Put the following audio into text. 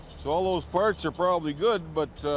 so all those parts are probably good, but,